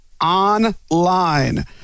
online